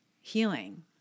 healing